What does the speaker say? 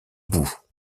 bout